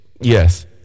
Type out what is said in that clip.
Yes